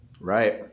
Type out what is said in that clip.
right